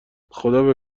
خدابه